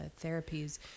therapies